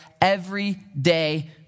everyday